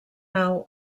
nau